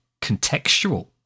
contextual